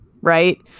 right